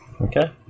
Okay